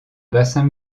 bassin